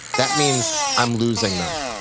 that means i'm losing them.